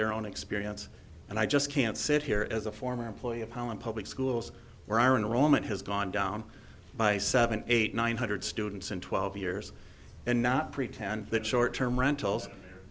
their own experience and i just can't sit here as a former employee of holland public schools were in a moment has gone down by seven eight nine hundred students in twelve years and not pretend that short term rental